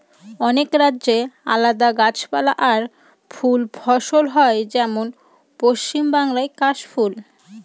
অনেক রাজ্যে আলাদা গাছপালা আর ফুল ফসল হয় যেমন পশ্চিম বাংলায় কাশ ফুল